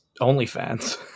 OnlyFans